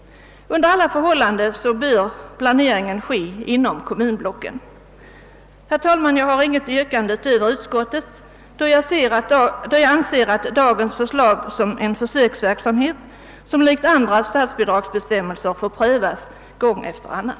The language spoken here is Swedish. Under alla förhållanden. bör planeringen göras inom kommunblocken. Herr talman! Jag har inget yrkande utöver utskottets, då jag ser dagens förslag såsom innebärande en försöksverk samhet... Detta anslag bör liksom andra statsanslag . prövas från gång till annan.